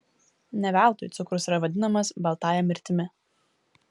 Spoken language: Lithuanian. ne veltui cukrus yra vadinamas baltąja mirtimi